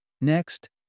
Next